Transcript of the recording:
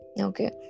Okay